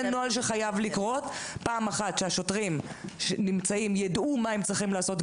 זה נוהל שחייב לקרות: (1) השוטרים שנמצאים יידעו מה הם צריכים לעשות,